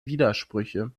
widersprüche